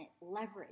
leverage